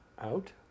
Out